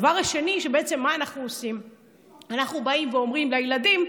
שזה לא שהילד הולך ויורק,